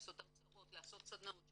לעשות הרצאות, לעשות סדנאות.